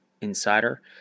insider